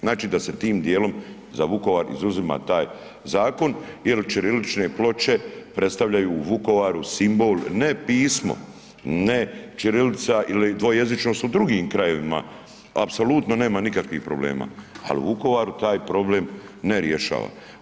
Znači da se tim dijelom za Vukovar izuzima taj zakon jer ćirilične ploče predstavljaju u Vukovaru simbol ne pismo, ne ćirilica ili dvojezičnost u drugim krajevima apsolutno nema nikakvih problem, ali u Vukovaru taj problem ne rješava.